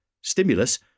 stimulus